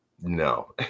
no